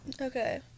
Okay